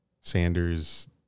Sanders